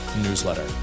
newsletter